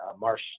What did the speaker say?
Marsh